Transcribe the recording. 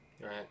Right